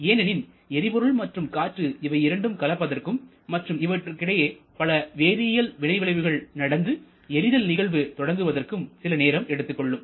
ஏனெனில் எரிபொருள் மற்றும் காற்று இவை இரண்டும் கலப்பதற்கும் மற்றும் இவற்றுக்கிடையே பல வேதியல் வினைவிளைவுகள் நடந்து எரிதல் நிகழ்வு தொடங்குவதற்கும் சில நேரம் எடுத்துக்கொள்ளும்